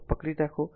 તેથી ફક્ત પકડી રાખો